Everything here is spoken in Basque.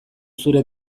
zure